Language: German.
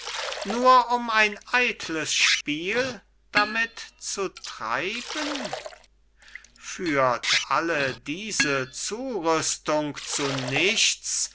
nur um ein eitles spiel damit zu treiben führt alle diese zurüstung zu nichts